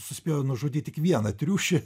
suspėjo nužudyt tik vieną triušį